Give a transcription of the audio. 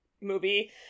movie